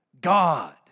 God